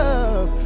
up